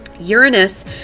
Uranus